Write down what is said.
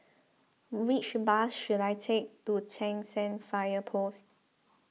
which bus should I take to Cheng San Fire Post